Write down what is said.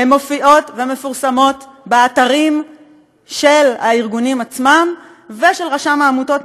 הן מופיעות ומפורסמות באתרים של הארגונים עצמם ושל רשם העמותות,